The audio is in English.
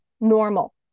normal